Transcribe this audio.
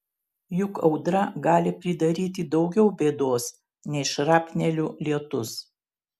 juk audra gali pridaryti daugiau bėdos nei šrapnelių lietus